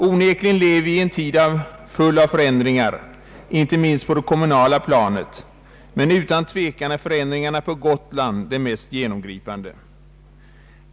Onekligen lever vi i en tid full av förändringar, inte minst på det kommunala planet, men utan tvekan är förändringarna på Gotland de mest genomgripande.